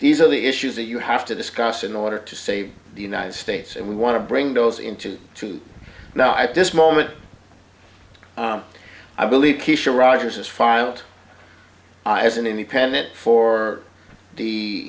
these are the issues that you have to discuss in order to save the united states and we want to bring those into to now at this moment i believe kesha rogers as far out as an independent for the